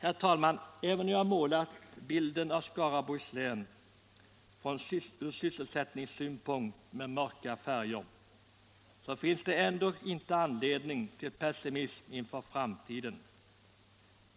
Även om jag har målat bilden av Skaraborgs län från sysselsättningssynpunkt med mörka färger, så finns det inte anledning till pessimism inför framtiden.